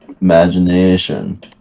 Imagination